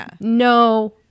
no